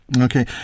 Okay